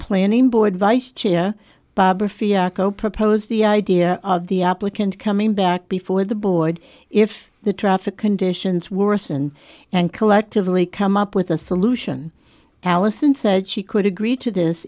planning board vice chair barbara fiasco proposed the idea of the applicant coming back before the board if the traffic conditions worsen and collectively come up with a solution alison said she could agree to this